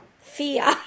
fear